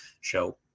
show